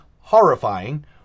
horrifying